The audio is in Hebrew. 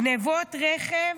גנבות רכב,